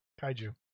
Kaiju